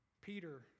Peter